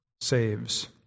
saves